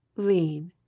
lean,